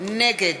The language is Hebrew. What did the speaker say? נגד